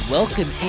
welcome